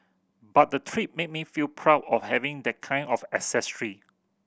but the trip made me feel proud of having that kind of ancestry